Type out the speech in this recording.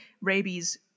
Rabies